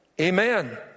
Amen